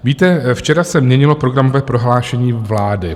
Víte, včera se měnilo programové prohlášení vlády.